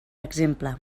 exemple